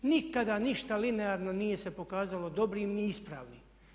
Nikada ništa linearno nije se pokazalo dobrim ni ispravnim.